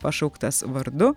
pašauktas vardu